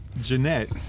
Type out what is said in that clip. Jeanette